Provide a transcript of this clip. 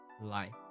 life